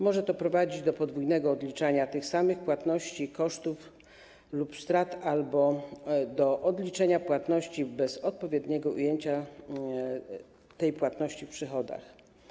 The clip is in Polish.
Może to prowadzić do podwójnego odliczania tych samych płatności i kosztów lub strat albo do odliczenia płatności bez odpowiedniego ujęcia tej płatności w przychodach.